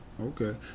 Okay